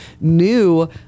new